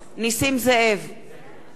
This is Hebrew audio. נגד אורית זוארץ,